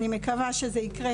אני מקווה שזה יקרה,